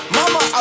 mama